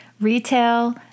retail